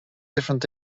different